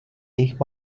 jejich